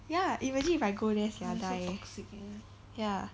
ya imagine if I go there sia die ya